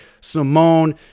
Simone